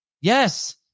Yes